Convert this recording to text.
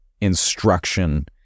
instruction